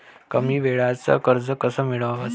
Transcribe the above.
कमी वेळचं कर्ज कस मिळवाचं?